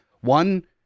One